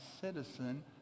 citizen